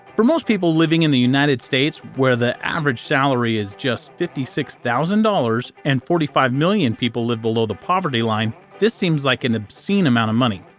for most people living in the united states, where the average salary is just fifty six thousand dollars, and forty five million people live below the poverty line, this seems like an obscene amount of money.